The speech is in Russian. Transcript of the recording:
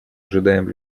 ожидаем